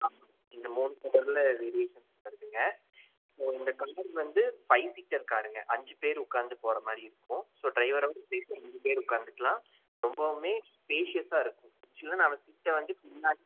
ஆமாம்ங்க இந்த மூணு கலரில் வேரியேஷன்ஸ் வருதுங்க இந்த கார் வந்து ஃபை சீட்டர் காருங்க அஞ்சு பேர் உட்காந்து போகறமாரி இருக்கும் ஸோ ட்ரைவரோட சேர்த்து அஞ்சு பேர் உட்காந்துக்கலாம் ரொம்பவுமே ஸ்பேசியஸ்ஸாகருக்கும் சீட்டை வந்து